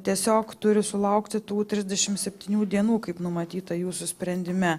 tiesiog turi sulaukti tų trisdešim septynių dienų kaip numatyta jūsų sprendime